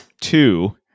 Two